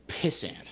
pissant